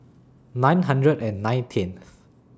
nine hundred and nineteenth